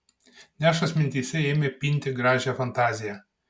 nešas mintyse ėmė pinti gražią fantaziją